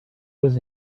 was